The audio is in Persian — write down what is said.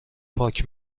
پاک